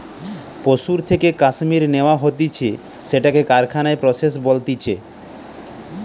পশুর থেকে কাশ্মীর ন্যাওয়া হতিছে সেটাকে কারখানায় প্রসেস বলতিছে